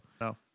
No